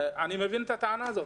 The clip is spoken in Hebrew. אני מבין את הטענה הזו.